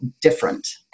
different